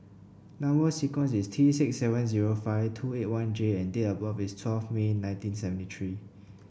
number sequence is T six seven zero five two eight one J and date of birth is twelve May nineteen seventy three